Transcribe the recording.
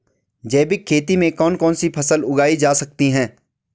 जैविक खेती में कौन कौन सी फसल उगाई जा सकती है?